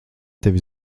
tevi